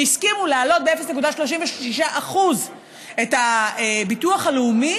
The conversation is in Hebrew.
שהסכימו להעלות ב-0.36% את הביטוח הלאומי